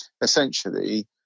essentially